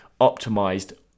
optimized